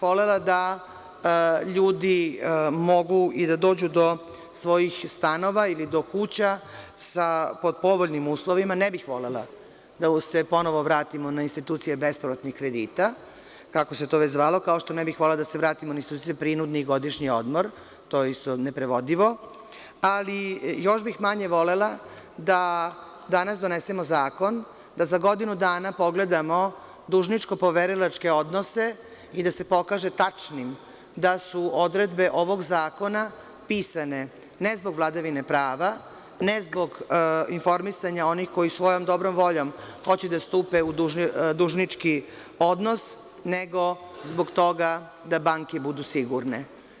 Volela bih da ljudi mogu i da dođu do svojih stanova ili do kuća pod povoljnim uslovima, ne bih volela da se ponovo vratimo na institucije bespovratnih kredita, kako se to već zvalo, kao što ne bih volela da se vratimo na prinudni godišnji odmor, to je isto neprevodivo, ali još bih manje volela da danas donesemo zakon da za godinu dana pogledamo dužničko-poverilačke odnose i da se pokaže tačnim da su odredbe ovog zakona pisane, ne zbog vladavine prava, ne zbog informisanja onih koji svojom dobrom voljom hoće da stupe u dužnički odnos, nego zbog toga da banke budu sigurne.